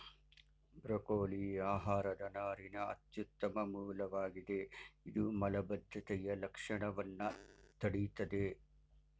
broccoli ಆಹಾರದ ನಾರಿನ ಅತ್ಯುತ್ತಮ ಮೂಲವಾಗಿದೆ ಇದು ಮಲಬದ್ಧತೆಯ ಲಕ್ಷಣವನ್ನ ತಡಿತದೆ